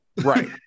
Right